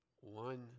one